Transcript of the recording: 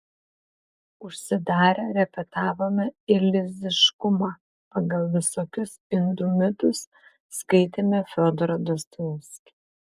užsidarę repetavome iliuziškumą pagal visokius indų mitus skaitėme fiodorą dostojevskį